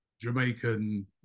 Jamaican